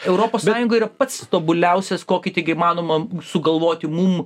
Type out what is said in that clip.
europos sąjunga ir pats tobuliausias kokį tik įmanoma sugalvoti mum